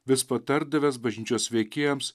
vis patardavęs bažnyčios veikėjams